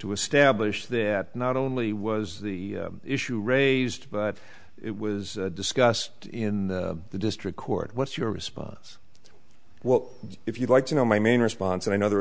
to establish that not only was the issue raised but it was discussed in the district court what's your response well if you'd like to know my main response and i know there